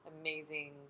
amazing